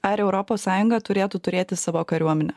ar europos sąjunga turėtų turėti savo kariuomenę